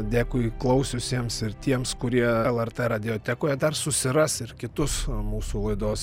dėkui klausiusiems ir tiems kurie lrt radiotekoje dar susiras ir kitus mūsų laidos